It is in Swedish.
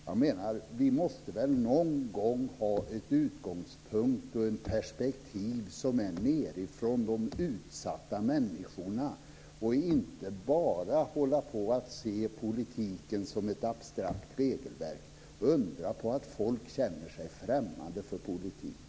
Jag menar att vi någon gång måste ha en utgångspunkt och ett perspektiv som är nerifrån de utsatta människorna och inte bara hålla på att se politiken som ett abstrakt regelverk. Det är inte att undra på att folk känner sig främmande för politiken.